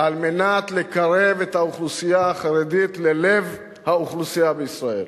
על מנת לקרב את האוכלוסייה החרדית ללב האוכלוסייה בישראל.